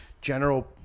general